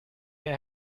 your